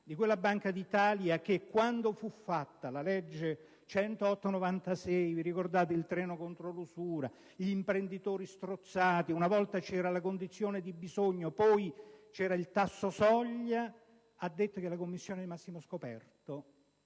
di quella Banca d'Italia che quando fu fatta la legge n. 108 del 1996 - vi ricordate il treno contro l'usura, gli imprenditori strozzati? Una volta c'era la condizione di bisogno, e poi il tasso soglia - disse che la commissione di massimo scoperto